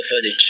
footage